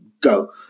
go